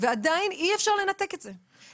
ועדיין אי אפשר לנתק את זה.